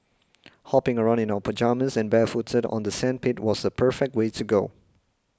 hopping around in our pyjamas and barefooted on the sandpit was the perfect way to go